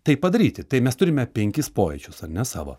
tai padaryti tai mes turime penkis pojūčius ar ne savo